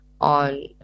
on